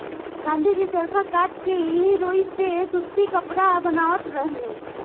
गाँधी जी चरखा कात के एही रुई से सूती कपड़ा बनावत रहनी